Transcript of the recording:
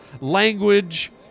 language